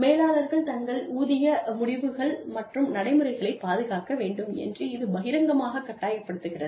மேலாளர்கள் தங்கள் ஊதிய முடிவுகள் மற்றும் நடைமுறைகளைப் பாதுகாக்க வேண்டும் என்று இது பகிரங்கமாகக் கட்டாயப்படுத்துகிறது